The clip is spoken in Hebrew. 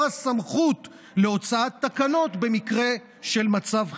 הסמכות להוצאת תקנות במקרה של מצב חירום.